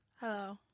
Hello